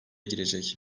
girecek